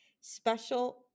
special